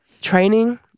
training